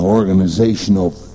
Organizational